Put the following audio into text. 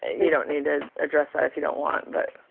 you don't need to address that if you don't want but.